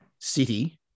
City